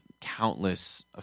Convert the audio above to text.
countless